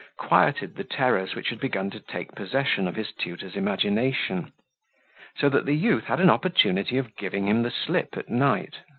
quieted the terrors which had begun to take possession of his tutor's imagination so that the youth had an opportunity of giving him the slip at night,